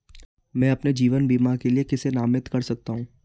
मैं अपने जीवन बीमा के लिए किसे नामित कर सकता हूं?